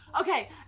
Okay